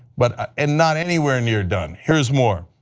but ah and not anywhere near done, here is more.